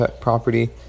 property